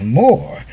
more